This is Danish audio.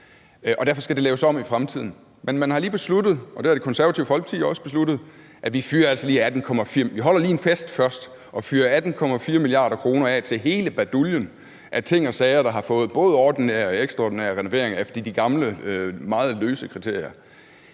derfor skal det laves om i fremtiden. Men man har lige besluttet, og det har Det Konservative Folkeparti også besluttet, at vi altså lige holder en fest først og fyrer 18,4 mia. kr. af til hele baduljen; det er ting og sager, der både har fået ordinære og ekstraordinære renoveringer efter de gamle meget løse kriterier.